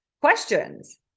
questions